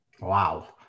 wow